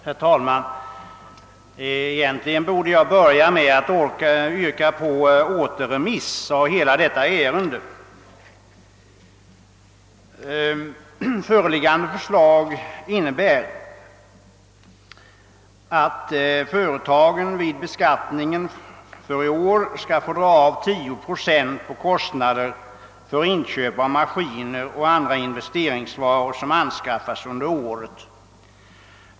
Herr talman! Egentligen borde jag börja med att yrka återremiss av hela detta ärende. Föreliggande förslag innebär att företagen vid beskattningen i år skall få dra av 10 procent av kostnaderna för inköp av maskiner och andra investeringsvaror som anskaffas under aret.